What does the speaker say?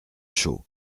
chaud